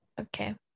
Okay